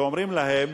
ואומרים להם: